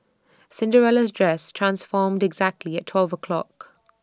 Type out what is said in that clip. Cinderella's dress transformed exactly at twelve o'clock